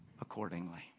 accordingly